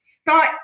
Start